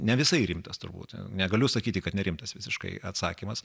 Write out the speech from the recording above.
ne visai rimtas turbūt negaliu sakyti kad nerimtas visiškai atsakymas